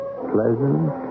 pleasant